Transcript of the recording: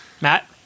Matt